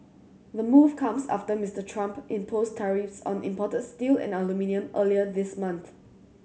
the move comes after Mister Trump imposed tariffs on imported steel and aluminium earlier this month